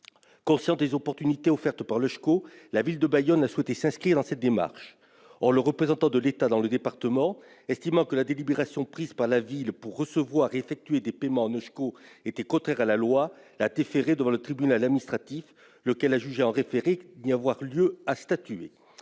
Consciente des opportunités offertes par cette monnaie, la ville de Bayonne a souhaité s'inscrire dans cette démarche. Or le représentant de l'État dans le département, estimant que la délibération prise par la ville pour recevoir et effectuer des paiements en eusko était contraire à la loi, l'a déférée devant le tribunal administratif, lequel a jugé en référé qu'il n'y avait pas lieu de statuer.